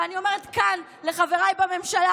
ואני אומרת כאן לחבריי בממשלה,